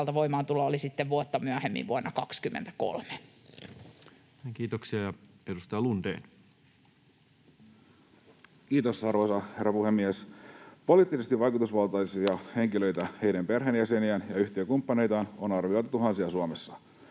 voimaantulo on sitten vuotta myöhemmin, vuonna 23. Kiitoksia. — Edustaja Lundén. Kiitos, arvoisa herra puhemies! Poliittisesti vaikutusvaltaisia henkilöitä, heidän perheenjäseniään ja yhtiökumppaneitaan on arviolta tuhansia Suomessa.